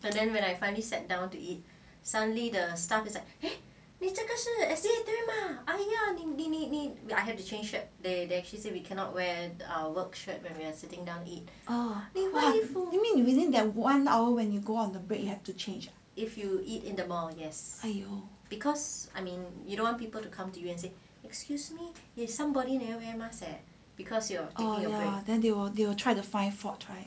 within their one hour when you go out of the break you have to change ya !aiyo! then they will they will try to find fault right